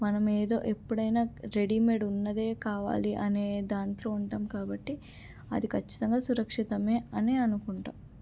మనం ఏదో ఎప్పుడైనా రెడీమేడ్ ఉన్నదే కావాలి అనే దాంట్లో ఉంటాము కాబట్టి అది ఖచ్చితంగా సురక్షితమే అని అనుకుంటాను